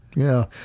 yeah.